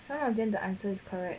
some of them the answer is correct